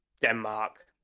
Denmark